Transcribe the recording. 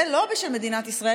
זה לא בשביל מדינת ישראל,